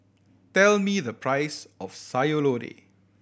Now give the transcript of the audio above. tell me the price of Sayur Lodeh